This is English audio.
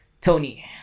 Tony